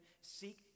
Seek